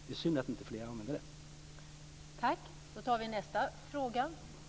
Det är synd att inte fler länder använder det.